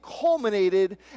culminated